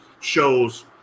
shows